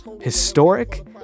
historic